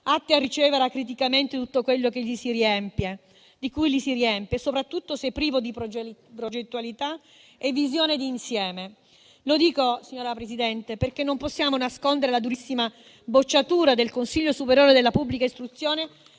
atti a ricevere acriticamente tutto quello di cui li si riempie, soprattutto se privo di progettualità e visione d'insieme. Lo dico, signora Presidente, perché non possiamo nascondere la durissima bocciatura del Consiglio superiore della pubblica istruzione